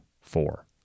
Four